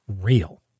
real